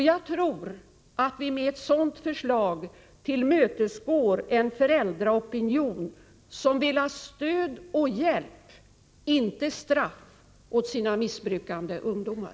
Jag tror att vi med ett sådant förslag tillmötesgår den föräldraopinion som vill ha stöd och hjälp — inte straff — åt sina missbrukande ungdomar.